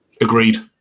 Agreed